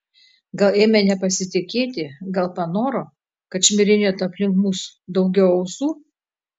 gal ėmė nepasitikėti gal panoro kad šmirinėtų aplink mus daugiau ausų